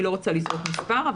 אני לא רוצה לזרוק סתם מספרים.